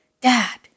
Dad